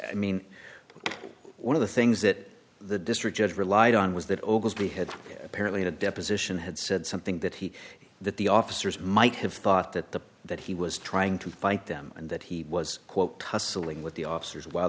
i mean one of the things that the district judge relied on was that obie had apparently in a deposition had said something that he that the officers might have thought that the that he was trying to fight them and that he was quote tussling with the officers while